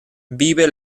vive